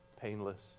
painless